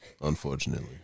Unfortunately